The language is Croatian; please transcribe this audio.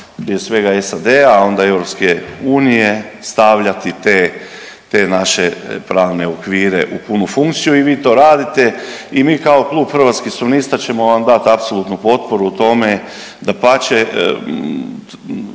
svega SAD-a, a onda i Europske unije stavljati te naše pravne okvire u punu funkciju i vi to radite. I mi kao Klub Hrvatskih suverenista ćemo vam dati apsolutnu potporu u tome. Dapače,